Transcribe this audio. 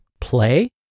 play